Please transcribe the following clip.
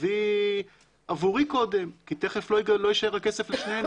תקבעי עבורי קודם כי תיכף לא יישאר הכסף לשנינו